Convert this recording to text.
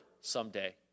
someday